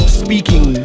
speaking